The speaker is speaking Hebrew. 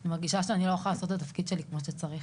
אני מרגישה שאני לא יכולה לעשות את התפקיד שלי כמו שצריך.